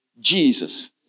Jesus